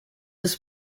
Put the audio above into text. ist